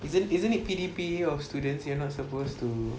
isn't isn't it P_D_P_A of students you are not suppose to